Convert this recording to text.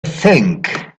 think